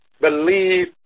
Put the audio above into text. believe